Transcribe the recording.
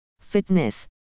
Fitness